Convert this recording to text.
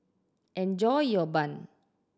enjoy your bun